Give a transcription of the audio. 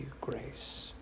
grace